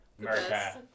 America